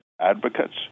advocates